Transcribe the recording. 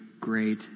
great